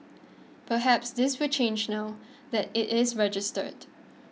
perhaps this will change now that it is registered